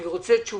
אני רוצה תשובה